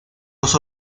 los